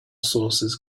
sources